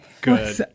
Good